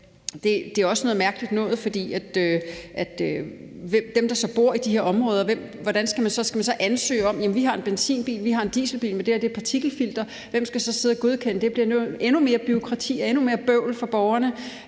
Det er også noget mærkeligt noget i forhold til dem, der bor i de her områder, for hvordan skal det så foregå? Skal man så ansøge og sige: Vi har en benzinbil eller en dieselbil, men det her handler også om partikelfiltre? Hvem skal så sidde og godkende det? Det bliver endnu mere bureaukrati og endnu mere bøvl for borgerne.